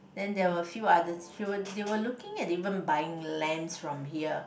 then there were few other they were they were looking into buying lands from here